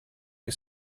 che